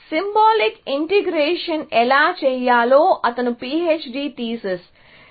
symbolic integration ఎలా చేయాలో అతని PHD థీసిస్